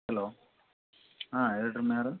hello ಹಾಂ ಹೇಳಿರೀಮ್ಮ ಯಾರು